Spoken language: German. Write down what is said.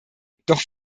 doch